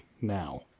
now